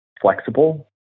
flexible